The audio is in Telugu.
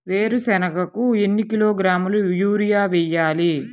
వేరుశనగకు ఎన్ని కిలోగ్రాముల యూరియా వేయాలి?